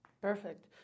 Perfect